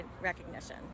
recognition